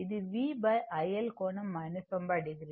ఇది V iL కోణం 90 o